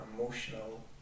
emotional